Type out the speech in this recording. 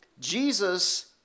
Jesus